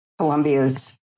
Colombia's